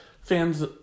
fans